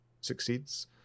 succeeds